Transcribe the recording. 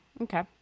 Okay